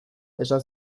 esan